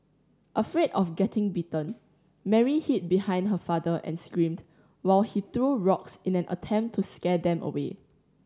afraid of getting bitten Mary hid behind her father and screamed while he threw rocks in an attempt to scare them away